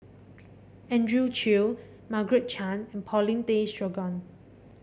Andrew Chew Margaret Chan and Paulin Tay Straughan